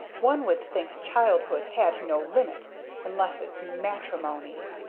one would think childhood had no limit unless it's matrimony!